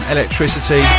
Electricity